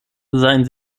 seien